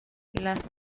las